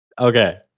Okay